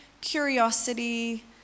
curiosity